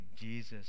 Jesus